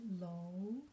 low